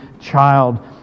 child